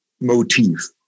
motif